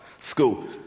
School